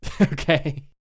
Okay